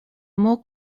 more